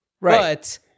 Right